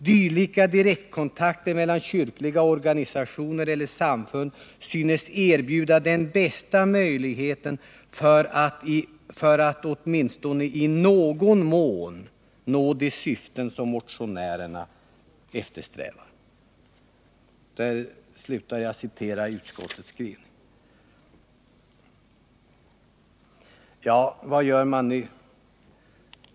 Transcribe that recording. Dylika direktkontakter mellan kyrkliga organisationer eller samfund synes erbjuda den bästa möjligheten för att åtminstone i någon mån nå de syften som motionärerna eftersträvar.” Vad gör man nu?